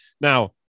Now